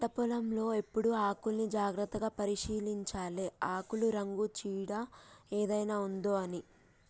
పంట పొలం లో ఎప్పుడు ఆకుల్ని జాగ్రత్తగా పరిశీలించాలె ఆకుల రంగు చీడ ఏదైనా ఉందొ అని